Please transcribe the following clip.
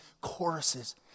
choruses